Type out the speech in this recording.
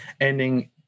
ending